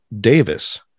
davis